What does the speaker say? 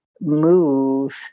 move